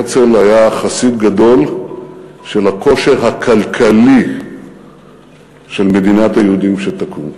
הרצל היה חסיד גדול של הכושר הכלכלי של מדינת היהודים שתקום.